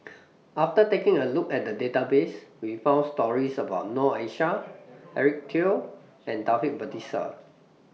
after taking A Look At The Database We found stories about Noor Aishah Eric Teo and Taufik Batisah